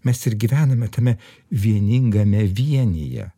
mes ir gyvename tame vieningame vienyje